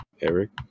Eric